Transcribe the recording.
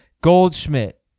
Goldschmidt